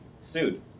sued